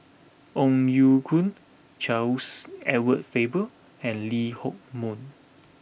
Ong Ye Kung Charles Edward Faber and Lee Hock Moh